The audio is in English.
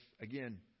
again